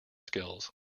skills